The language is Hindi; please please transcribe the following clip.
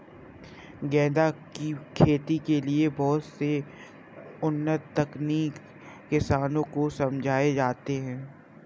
गेंदा की खेती के लिए बहुत से उन्नत तकनीक किसानों को समझाए जाते हैं